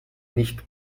nicht